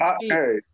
Hey